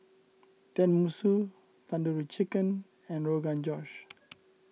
Tenmusu Tandoori Chicken and Rogan Josh